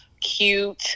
cute